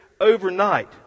overnight